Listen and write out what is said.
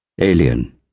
Alien